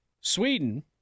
Sweden